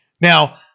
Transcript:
Now